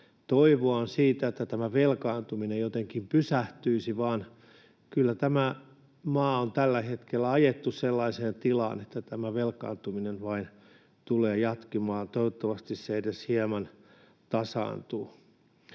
toivoa on siitä, että tämä velkaantuminen jotenkin pysähtyisi, vaan kyllä tämä maa on tällä hetkellä ajettu sellaiseen tilaan, että tämä velkaantuminen tulee vain jatkumaan. Toivottavasti se edes hieman tasaantuu.